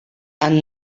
and